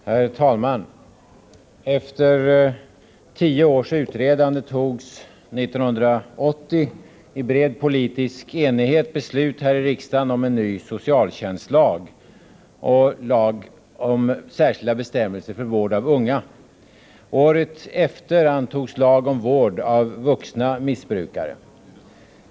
Herr talman! Efter tio års utredande fattades 1980 i bred politisk enighet beslut här i riksdagen om en ny socialtjänstlag och lag om särskilda bestämmelser för vård av unga. Året efter antogs lag om vård av vuxna missbrukare.